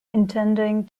intending